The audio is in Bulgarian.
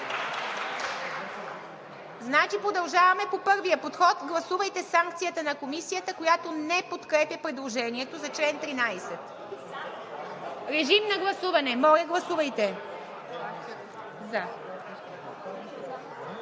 Значи продължаваме по първия подход – гласувайте санкцията на Комисията, която не подкрепя предложението за чл. 13. Режим на гласуване. Моля, гласувайте.